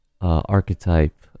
archetype